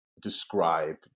describe